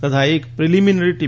તથા એક preliminary T